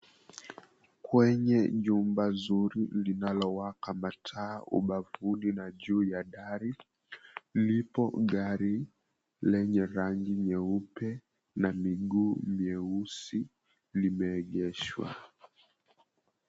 Kwenye jumba zuri linalowaka mataa ubavuni na juu ya dari, lipo gari lenye rangi nyeupe na miguu nyeusi limeegeshwa.